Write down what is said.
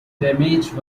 damage